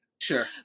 Sure